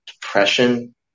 depression